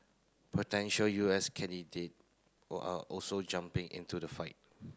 potential U S candidate all are also jumping into the fight